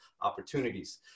opportunities